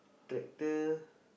tractor